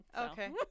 Okay